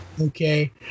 okay